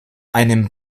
einem